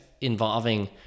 involving